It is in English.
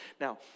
Now